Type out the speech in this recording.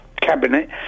cabinet